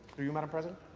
through you madam president.